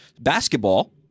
Basketball